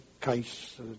case